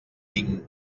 tinc